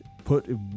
put